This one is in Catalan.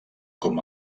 com